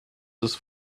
this